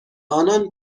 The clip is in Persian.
آنان